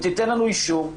אם תיתן לנו אישור,